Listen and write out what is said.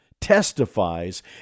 testifies